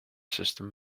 system